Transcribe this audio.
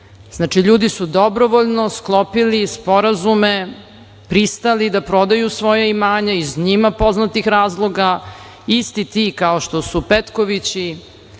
znači, ljudi su dobrovoljno sklopili sporazume, pristali da prodaju svoja imanja, iz njima poznatih razloga, isti ti kao što su Petkovići,